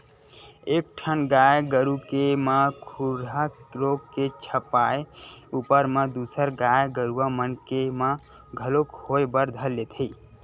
एक ठन गाय गरु के म खुरहा रोग के छपाय ऊपर म दूसर गाय गरुवा मन के म घलोक होय बर धर लेथे